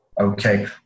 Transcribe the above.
okay